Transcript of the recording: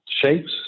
shapes